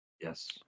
Yes